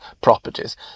properties